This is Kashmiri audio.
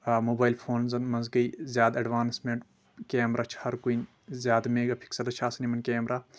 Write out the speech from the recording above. آ موبایل فون زن منٛز گٔے زیادٕ اٮ۪ڈوانسمینٹ کیمرا چھِ ہر کُنہِ زیادٕ میگا پکسلٕز چھِ آسان یِمن کیمرا